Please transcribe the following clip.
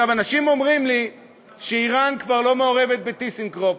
אנשים אומרים לי שאיראן כבר לא מעורבת ב"טיסנקרופ",